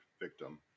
victim